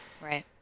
Right